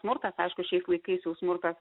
smurtas aišku šiais laikais jau smurtas